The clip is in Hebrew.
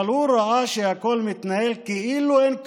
אבל הוא ראה שהכול מתנהל כאילו אין כלום: